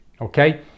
okay